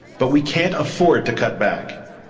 but we can't afford to cut back.